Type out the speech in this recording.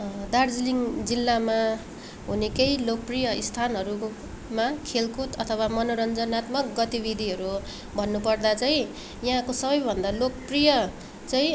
दार्जिलिङ जिल्लामा हुने केही लोकप्रिय स्थानहरूकोमा खेलकुद अथवा मनोरञ्जनात्मक गतिविधिहरू भन्नुपर्दा चाहिँ यहाँको सबैभन्दा लोकप्रिय चाहिँ